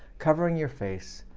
covering your face,